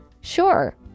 Sure